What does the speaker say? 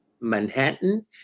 Manhattan